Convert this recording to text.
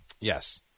Yes